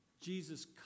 Jesus